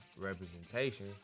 representation